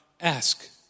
ask